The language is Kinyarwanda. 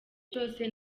cyose